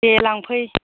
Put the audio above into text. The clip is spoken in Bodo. दे लांफै